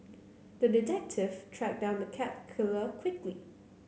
the detective tracked down the cat killer quickly